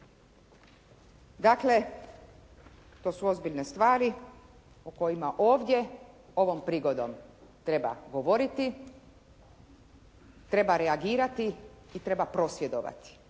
To su ozbiljne stvari o kojima ovdje ovom prigodom treba govoriti, treba reagirati i treba prosvjedovati